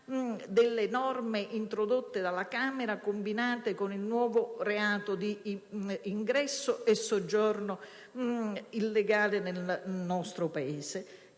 delle norme introdotte dalla Camera dei deputati combinate con il nuovo reato di ingresso e soggiorno illegale nel nostro Paese;